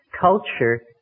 Culture